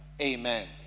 Amen